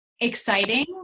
exciting